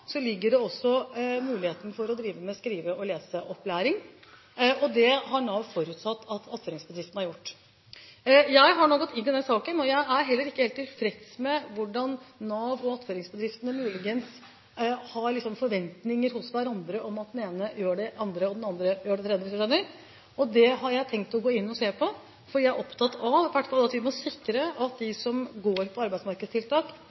ligger også muligheten for å drive med skrive- og leseopplæring. Det har Nav forutsatt at attføringsbedriftene har gjort. Jeg har nå gått inn i den saken, og jeg er heller ikke helt tilfreds med hvordan Nav og attføringsbedriftene muligens har forventninger hos hverandre om at den ene gjør det andre, og den andre gjør det tredje, hvis du skjønner? Det har jeg tenkt å gå inn og se på, for jeg er opptatt av at vi i hvert fall må sikre at de som går på arbeidsmarkedstiltak,